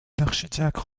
l’archidiacre